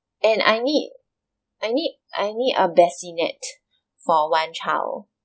and I need I need I need a bassinet for one child